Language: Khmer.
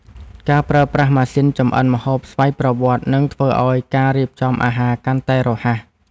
ការប្រើប្រាស់ម៉ាស៊ីនចម្អិនម្ហូបស្វ័យប្រវត្តិ នឹងធ្វើឱ្យការរៀបចំអាហារកាន់តែរហ័ស។